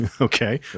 Okay